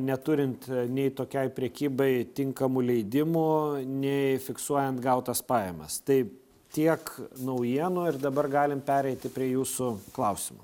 neturint nei tokiai prekybai tinkamų leidimų nei fiksuojant gautas pajamas tai tiek naujienų ir dabar galim pereiti prie jūsų klausimų